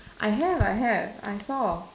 I have I have I saw